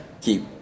Keep